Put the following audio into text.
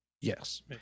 Yes